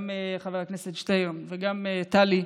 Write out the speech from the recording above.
גם חבר הכנסת שטרן וגם טלי,